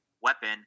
weapon